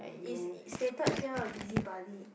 it's it stated here a busybody